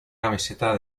camiseta